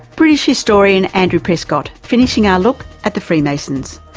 british historian andrew prescott. finishing our look at the freemasons.